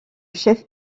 chef